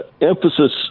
emphasis